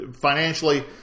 financially